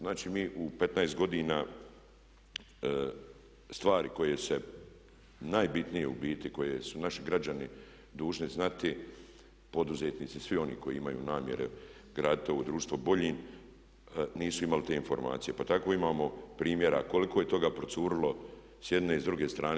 Znači, mi u 15 godina stvari koje se najbitnije u biti, koje su naši građani dužni znati poduzetnici svi oni koji imaju namjere graditi ovo društvo boljim nisu imali te informacije, pa tako imamo primjera koliko je toga procurilo s jedne i s druge strane.